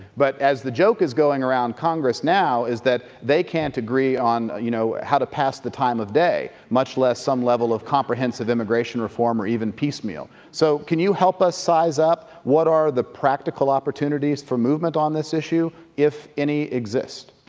but as the joke is going around congress now is that they can't agree on, you know, how to pass the time of day, much less some level of comprehensive immigration reform or even piecemeal. so can you help us size up what are the practical opportunities for movement on this issue, if any exist?